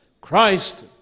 Christ